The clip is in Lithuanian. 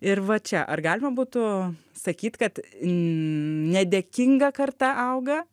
ir va čia ar galima būtų sakyt kad n nedėkinga karta auga